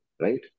right